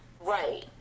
Right